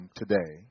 today